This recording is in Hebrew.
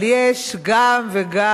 אבל יש גם וגם,